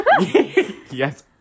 Yes